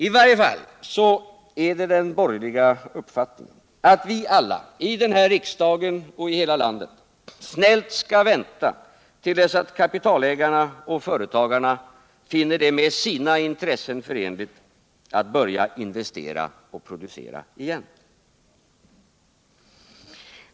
I varje fall är den borgerliga uppfattningen att vi alla, i den här riksdagen och i hela landet, snällt skall vänta till dess att kapitalägarna och företagarna finner det med sina intresen förenligt att börja investera och producera igen.